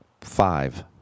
five